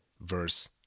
verse